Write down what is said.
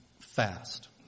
fast